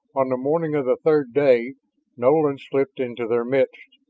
on the morning of the third day nolan slipped into their midst.